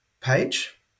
page